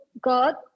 god